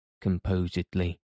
composedly